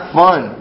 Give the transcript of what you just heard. fun